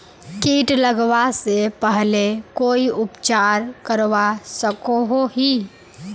किट लगवा से पहले कोई उपचार करवा सकोहो ही?